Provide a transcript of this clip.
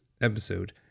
episode